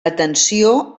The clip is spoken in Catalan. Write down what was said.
atenció